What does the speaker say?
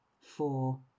four